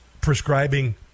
prescribing